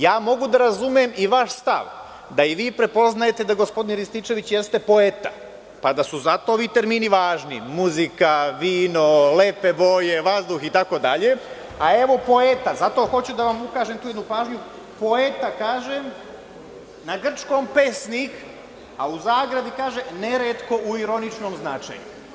Ja mogu da razumem i vaš stav, da i vi prepoznajete da gospodin Rističević jeste poeta, pa da su zato ovi termini važni, muzika, vino, lepe boje, vazduh itd, a evo poeta zato hoću da vam ukažem tu jednu pažnju, poeta kaže – na Grčkom pesnik, a u zagradi kaže - neretko u ironičnom značaju.